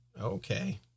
Okay